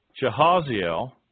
Jehaziel